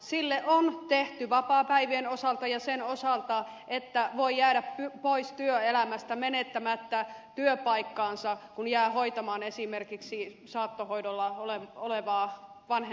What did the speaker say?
sille on tehty vapaapäivien osalta ja sen osalta että voi jäädä pois työelämästä menettämättä työpaikkaansa kun jää hoitamaan esimerkiksi saattohoidossa olevaa vanhempaansa